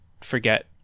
forget